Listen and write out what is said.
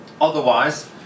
Otherwise